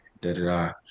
da-da-da